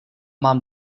mám